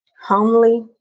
homely